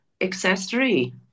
accessory